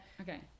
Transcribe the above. Okay